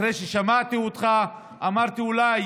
אחרי ששמעתי אותך אמרתי, אולי